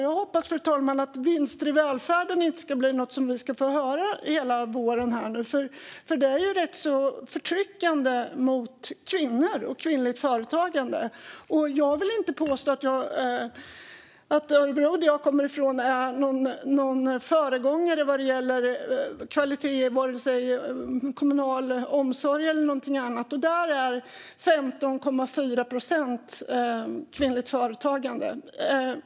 Jag hoppas att det här med vinster i välfärden inte ska bli något som vi ska få höra hela våren, fru talman. Det är ganska förtryckande mot kvinnor och kvinnligt företagande. Jag vill inte påstå att Örebro, som jag kommer från, är någon föregångare vad gäller kvalitet i fråga om vare sig kommunal omsorg eller något annat. Och där drivs 15,4 procent av företagen av kvinnor.